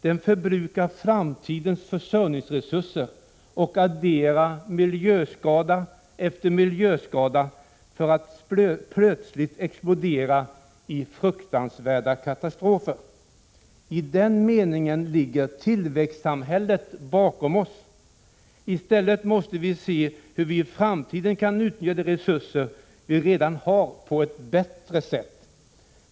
Den förbrukar framtida försörjningsresurser och adderar miljöskada efter miljöskada för att plötsligt explodera i fruktansvärda katastrofer. I den meningen ligger tillväxtsamhället bakom oss. I stället måste vi se hur vi i framtiden kan utnyttja de resurser vi redan har på ett bättre sätt.